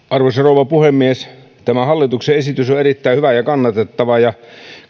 arvoisa rouva puhemies tämä hallituksen esitys on on erittäin hyvä ja kannatettava ja